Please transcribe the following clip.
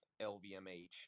LVMH